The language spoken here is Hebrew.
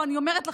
אני אומרת לכם,